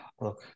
look